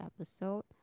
episode